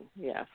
yes